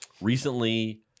recently